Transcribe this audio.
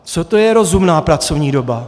Co to je rozumná pracovní doba?